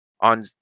on